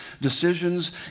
decisions